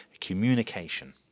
communication